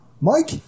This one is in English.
Mike